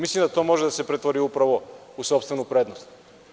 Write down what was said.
Mislim da to može da se pretvori u sopstvenu prednost.